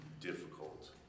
difficult